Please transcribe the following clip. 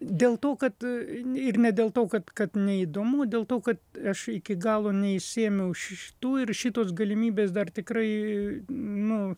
dėl to kad ė i ir ne dėl to kad kad neįdomu dėl to kad aš iki galo neišsėmiau š šitų ir šitos galimybės dar tikrai nu